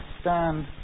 stand